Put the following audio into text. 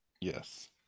yes